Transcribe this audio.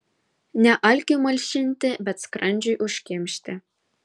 ne alkiui malšinti bet skrandžiui užkimšti